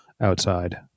outside